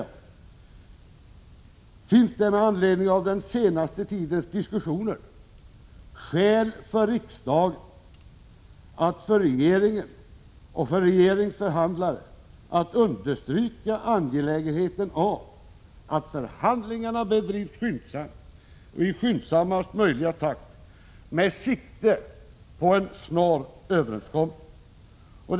Jag menar att det med anledning av den senaste tidens diskussioner tvärtom finns skäl för riksdagen att för regeringen och för regeringens förhandlare understryka angelägenheten av att förhandlingarna bedrivs i skyndsammaste möjliga takt med sikte på en snar överenskommelse.